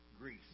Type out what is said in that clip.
Greece